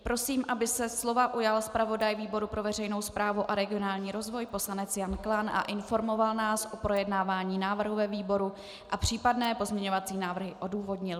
Prosím, aby se slova ujal zpravodaj výboru pro veřejnou správu a regionální rozvoj poslanec Jan Klán a informoval nás o projednávání návrhu ve výboru a případné pozměňovací návrh odůvodnil.